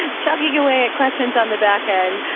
chugging away at questions on the back end,